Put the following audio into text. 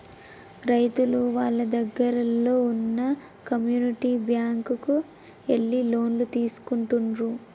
రైతులు వాళ్ళ దగ్గరల్లో వున్న కమ్యూనిటీ బ్యాంక్ కు ఎళ్లి లోన్లు తీసుకుంటుండ్రు